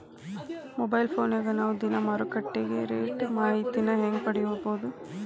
Mobile ಫೋನ್ಯಾಗ ನಾವ್ ದಿನಾ ಮಾರುಕಟ್ಟೆ ರೇಟ್ ಮಾಹಿತಿನ ಹೆಂಗ್ ಪಡಿಬೋದು?